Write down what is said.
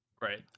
Right